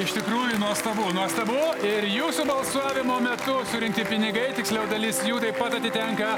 iš tikrųjų nuostabu nuostabu ir jūsų balsavimo metu surinkti pinigai tiksliau dalis jų taip pat atitenka